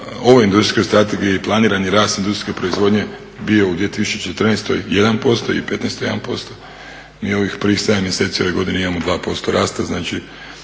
ovoj industrijskoj strategiji planirani rast industrijske proizvodnje bio u 2014. 1% i 2015. 1%. Mi u ovih prvih sedam mjeseci ove godine imamo 2% rasta, znači